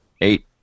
eight